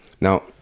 Now